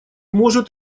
может